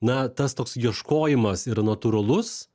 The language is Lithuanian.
na tas toks ieškojimas yra natūralus